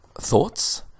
thoughts